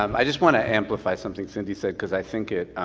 um i just want to amplify something cindy said, cause i think it,